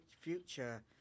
future